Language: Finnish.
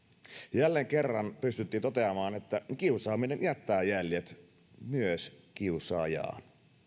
jälleen kerran pystyttiin toteamaan että kiusaaminen jättää jäljet myös kiusaajaan